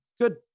good